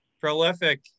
prolific